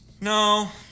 No